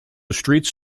streets